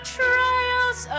trials